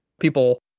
People